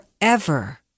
forever